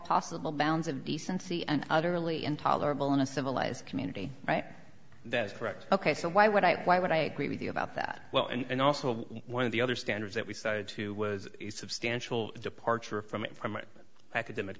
possible bounds of decency and utterly intolerable in a civilized community right that is correct ok so why would i why would i agree with you about that well and also one of the other standards that we started to was a substantial departure from from our academic